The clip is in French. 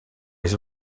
les